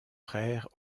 frères